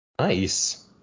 Nice